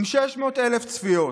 600,000 צפיות,